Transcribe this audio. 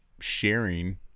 sharing